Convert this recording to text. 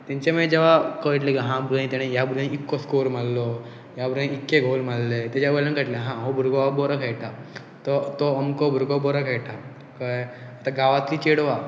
तेंच्या मागीर जेवा कळटलें की हा भुरगं तेाणें ह्या भुरग्यां इतको स्कोर मारलो ह्या भुरग्यां इतके गोल मारले तेज्या वयल्यान कळटलें हा हो भुरगो हो बरो खेयटा तो अमको भुरगो बरो खेळटा कळ्ळें आतां गांवांतली चेडवां